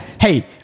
hey